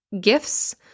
gifts